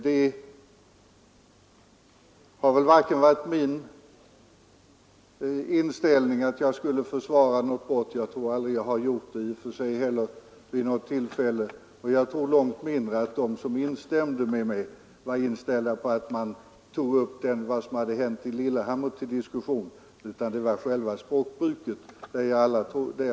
Det har inte varit min mening att här försvara något brott — jag tror inte heller att jag någonsin gjort det. Långt mindre tror jag att de som instämde i mitt anförande var inställda på att ta upp vad som hände i Lillehammer till diskussion. Det var i stället själva språkbruket jag vände mig mot.